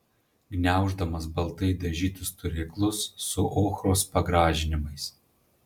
gniauždamas baltai dažytus turėklus su ochros pagražinimais